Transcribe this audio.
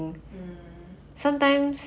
mm